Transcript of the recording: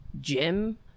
Jim